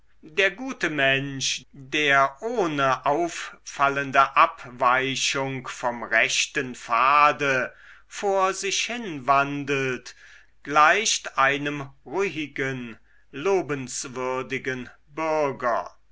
der gute mensch der ohne auffallende abweichung vom rechten pfade vor sich hin wandelt gleicht einem ruhigen lobenswürdigen bürger